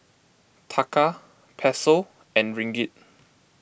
Taka Peso and Ringgit